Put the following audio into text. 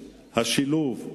השילוב,